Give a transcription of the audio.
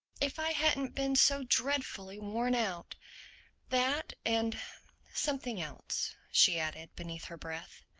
if i hadn't been so dreadfully worn out that and something else, she added beneath her breath.